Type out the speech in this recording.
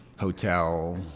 hotel